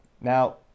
now